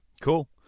Cool